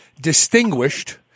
distinguished